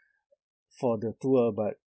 for the tour but